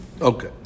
Okay